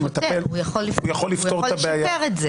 הוא יכול לשפר את זה.